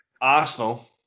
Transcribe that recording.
Arsenal